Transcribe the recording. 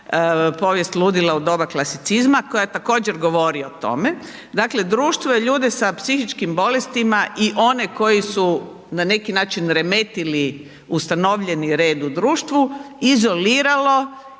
„Povijest ludila u doba klasicizma“, koja također govori o tome. Dakle društvo je ljude sa psihičkim bolestima i one koji su na neki način remetili ustanovljeni red u društvu, izoliralo